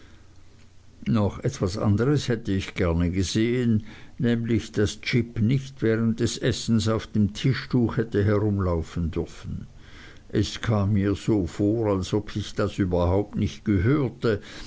noch etwas anderes hätte ich gerne gesehen nämlich daß jip nicht während des essens auf dem tischtuch hätte herumlaufen dürfen es kam mir so vor als ob sich das überhaupt nicht gehörte